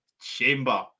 chamber